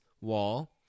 wall